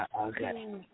Okay